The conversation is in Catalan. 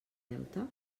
deute